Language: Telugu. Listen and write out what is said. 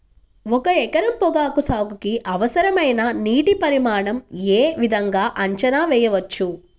ఒక ఎకరం పొగాకు సాగుకి అవసరమైన నీటి పరిమాణం యే విధంగా అంచనా వేయవచ్చు?